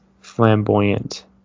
flamboyant